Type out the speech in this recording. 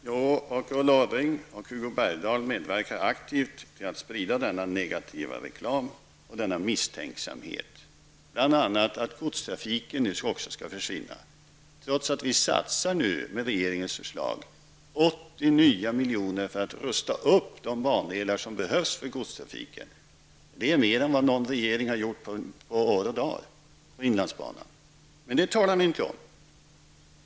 Herr talman! Ulla Orring och Hugo Bergdahl medverkar aktivt till att sprida denna negativa reklam och misstänksamhet genom att bl.a. säga att också godstrafiken nu skall försvinna trots att regeringens förslag innebär en satsning med 80 nya miljoner för att rusta upp de bandelar som behövs för godstrafiken. Det är mer än någon regering har satsat på inlandsbanan på år och dag, men det talar ni inte om.